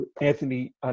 Anthony